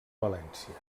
valència